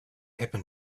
happen